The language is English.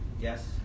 Yes